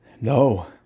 No